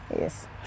Yes